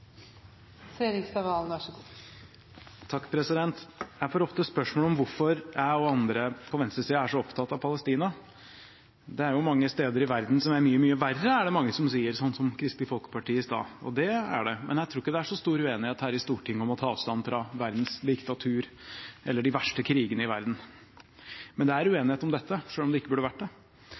venstresiden er så opptatt av Palestina. Det er jo mange steder i verden hvor det er mye, mye verre, er det mange som sier – som Kristelig Folkeparti i stad. Det er det. Jeg tror ikke det er så stor uenighet her i Stortinget om å ta avstand fra verdens diktaturer eller de verste krigene i verden, men det er uenighet om dette, selv om det ikke burde vært det.